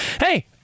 hey